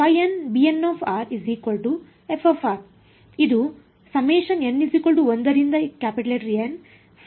ಆದ್ದರಿಂದ ಇದು ಆಗಿದೆ